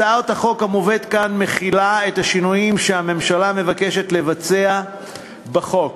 הצעת החוק המובאת כאן מכילה את השינויים שהממשלה מבקשת לבצע בחוק.